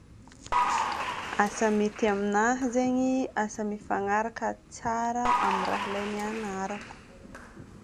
Asa mety amina zegny, asa mifagnaraka tsara amin'ny raha ilain'ny agnarako.